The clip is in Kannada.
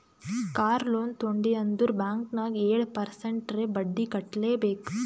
ಕಾರ್ ಲೋನ್ ತೊಂಡಿ ಅಂದುರ್ ಬ್ಯಾಂಕ್ ನಾಗ್ ಏಳ್ ಪರ್ಸೆಂಟ್ರೇ ಬಡ್ಡಿ ಕಟ್ಲೆಬೇಕ್